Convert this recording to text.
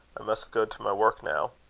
i must go to my work now.